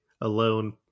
alone